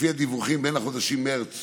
לפי הדיווחים, בין החודשים מרץ